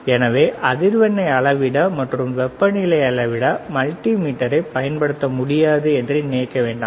எனவே அதிர்வெண்ணை அளவிட மற்றும் வெப்பநிலையை அளவிட மல்டிமீட்டரைப் பயன்படுத்த முடியாது என்று நினைக்க வேண்டாம்